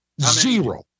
Zero